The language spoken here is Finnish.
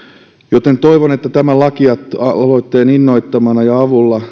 joten toivon että tämän lakialoitteen innoittamana ja avulla